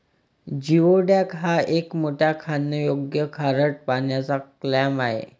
geoduck हा एक मोठा खाण्यायोग्य खारट पाण्याचा क्लॅम आहे